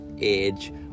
age